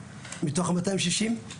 מתוך ה-260?